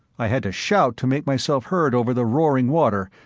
i had to shout to make myself heard over the roaring water,